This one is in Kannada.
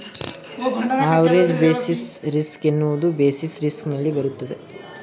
ಆವರೇಜ್ ಬೇಸಿಸ್ ರಿಸ್ಕ್ ಎನ್ನುವುದು ಬೇಸಿಸ್ ರಿಸ್ಕ್ ನಲ್ಲಿ ಬರುತ್ತದೆ